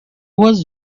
was